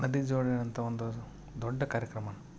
ನದಿ ಜೋಡಣೆ ಅಂತ ಒಂದು ದೊಡ್ಡ ಕಾರ್ಯಕ್ರಮ